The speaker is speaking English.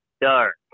dark